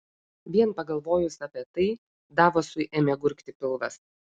vien pagalvojus apie tai davosui ėmė gurgti pilvas